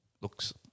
Looks